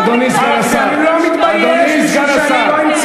איך אתה לא מתבייש להפיץ שקרים?